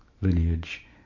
lineage